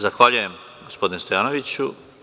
Zahvaljujem, gospodine Stojanoviću.